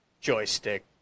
joystick